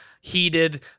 heated